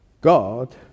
God